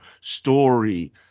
story